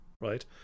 right